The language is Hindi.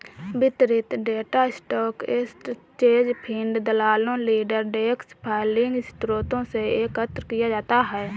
वितरित डेटा स्टॉक एक्सचेंज फ़ीड, दलालों, डीलर डेस्क फाइलिंग स्रोतों से एकत्र किया जाता है